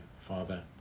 Father